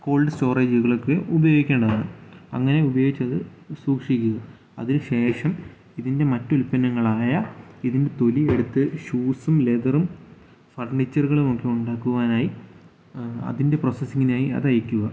called സ്റ്റോറേജിലേക്ക് ഉപയോഗിക്കേണ്ടതാണ് അങ്ങനെ ഉപയോഗിച്ചത് സൂക്ഷിക്കുക അതിന് ശേഷം ഇതിൻ്റെ മറ്റുൽപ്പന്നങ്ങളായ ഇതിൻ്റെ തൊലിയെടുത്ത് ഷൂസും ലെതറും ഫർണിച്ചറുകളുമൊക്കെ ഉണ്ടാക്കുവാനായി അതിൻ്റെ പ്രോസസ്സിങ്ങിനായി അത് അയക്കുക